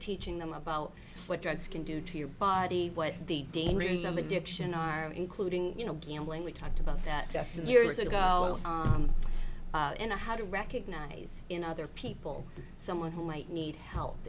teaching them about what drugs can do to your body what the dangers of addiction are including you know gambling we talked about that often years ago in a how to recognize in other people someone who might need help